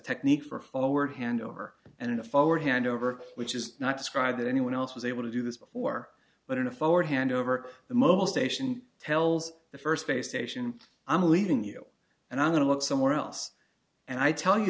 technique for forward handover and in a forward handover which is not described that anyone else was able to do this before but in a forward handover the mobile station tells the first base station i'm leaving you and i'm going to look somewhere else and i tell you